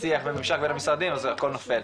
שיח וממשק בין המשרדים אז הכל נופל.